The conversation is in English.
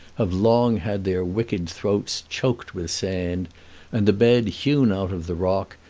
have long had their wicked throats choked with sand and the bed hewn out of the rock,